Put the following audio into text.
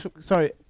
sorry